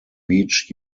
beach